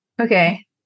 Okay